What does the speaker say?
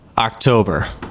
October